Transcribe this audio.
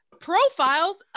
profiles